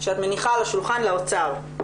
שאת מניחה על השולחן לאוצר?